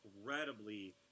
incredibly